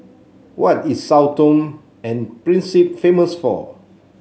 what is Sao Tome and Principe famous for